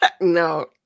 No